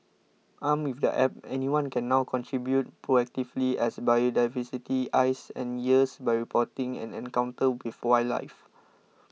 armed with the App anyone can now contribute proactively as biodiversity's eyes and ears by reporting an encounter with wildlife